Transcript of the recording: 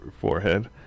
forehead